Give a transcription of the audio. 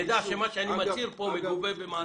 שנדע שמה שאני מצהיר פה מגובה במעשים.